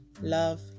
Love